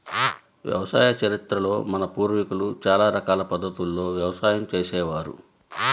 వ్యవసాయ చరిత్రలో మన పూర్వీకులు చాలా రకాల పద్ధతుల్లో వ్యవసాయం చేసే వారు